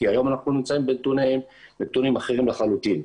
כי היום אנחנו נמצאים בנתונים אחרים לחלוטין,